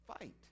fight